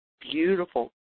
Beautiful